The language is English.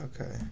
Okay